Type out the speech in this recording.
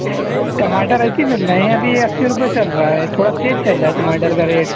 ٹماٹر ایسے ہی مِل رہے ہیں ابھی اَسی روپیہ چل رہا ہے تھوڑا تیز چل رہا ہے ٹماٹر کا ریٹ